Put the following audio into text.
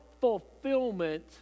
fulfillment